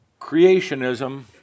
Creationism